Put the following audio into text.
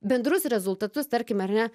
bendrus rezultatus tarkim ar ne